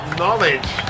knowledge